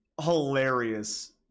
hilarious